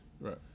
Right